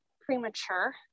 premature